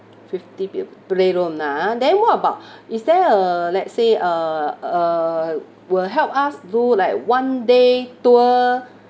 fifty buil~ playroom lah ah then what about is there a let's say uh uh will help us do like one day tour